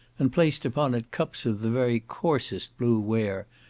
and placed upon it cups of the very coarsest blue ware,